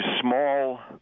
small